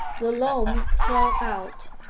the loam thrown out,